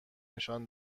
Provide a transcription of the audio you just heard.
نشان